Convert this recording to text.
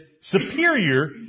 superior